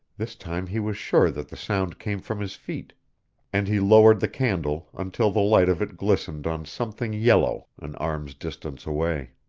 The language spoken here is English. this time he was sure that the sound came from his feet and he lowered the candle until the light of it glistened on something yellow an arm's distance away.